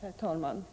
Herr talman!